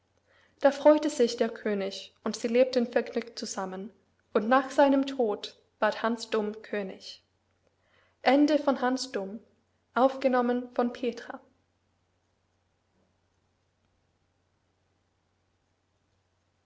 da freute sich der könig und sie lebten vergnügt zusammen und nach seinem tod ward hans dumm könig